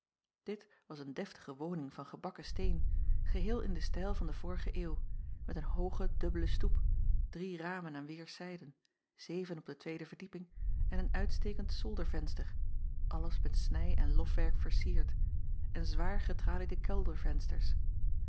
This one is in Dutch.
it was een deftige woning van gebakken steen geheel in den stijl van de vorige eeuw met een hoogen dubbelen stoep drie ramen aan weêrszijden zeven op de tweede verdieping en een uitstekend zoldervenster alles met snij en lofwerk vercierd en zwaar getraliede keldervensters